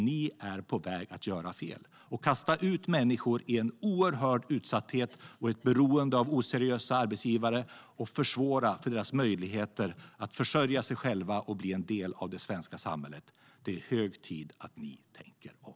Ni är på väg att göra fel och kasta ut människor i en oerhörd utsatthet och ett beroende av oseriösa arbetsgivare. Ni försvårar deras möjligheter att försörja sig själva och bli en del av det svenska samhället. Det är hög tid för er att tänka om.